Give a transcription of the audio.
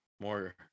more